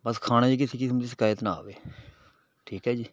ਬਸ ਖਾਣੇ ਦੀ ਕਿਸੀ ਕਿਸਮ ਦੀ ਸ਼ਿਕਾਇਤ ਨਾ ਆਵੇ ਠੀਕ ਹੈ ਜੀ